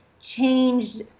changed